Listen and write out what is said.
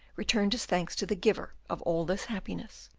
returned his thanks to the giver of all this happiness.